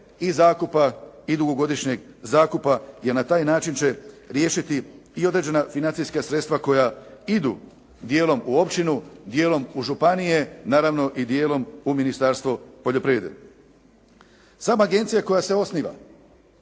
i zakupa, i dugogodišnjeg zakupa, jer na taj način će riješiti i određena financijska sredstva koja djelom i idu u općinu, dijelom u županije, naravno i dijelom u Ministarstvo poljoprivrede. Sama agencija koja se osniva,